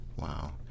Wow